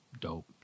Dope